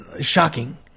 shocking